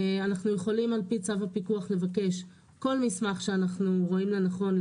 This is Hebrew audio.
אנחנו יכולים על פי צו הפיקוח לבקש כל מסמך שאנחנו רואים לנכון,